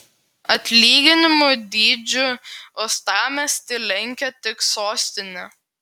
atlyginimų dydžiu uostamiestį lenkia tik sostinė